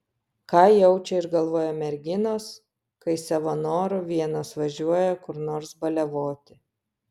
ką jaučia ir galvoja merginos kai savo noru vienos važiuoja kur nors baliavoti